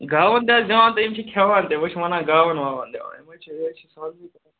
گاوَن تہِ حظ دِوان تہٕ یِم چھِ کھٮ۪وان تہِ وۄنۍ چھِ وَنان گاوَن واوَن دِوان